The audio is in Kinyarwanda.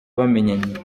bamenyanye